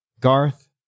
Garth